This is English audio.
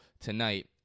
tonight